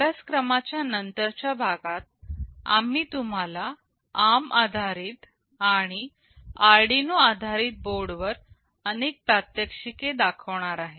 अभ्यासक्रमाच्या नंतरच्या भागात आम्ही तुम्हाला ARM आधारित आणि आरडीनो आधारित बोर्डवर अनेक प्रात्यक्षिके दाखवणार आहे